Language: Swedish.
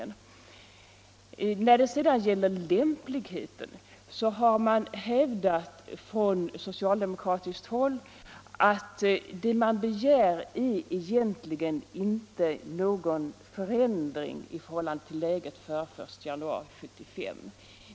När det sedan gäller lämpligheten har man på socialdemokratiskt håll hävdat att det som man begär egentligen inte är någon förändring i förhållande till läget före den 1 januari 1975.